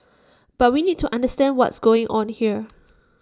but we need to understand what's going on here